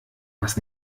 was